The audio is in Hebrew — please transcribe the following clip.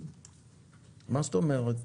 מה זאת אומרת?